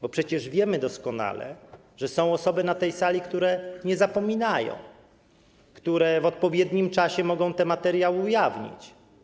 Bo przecież wiemy doskonale, że są osoby na tej sali, które nie zapominają, które w odpowiednim czasie mogą te materiały ujawnić.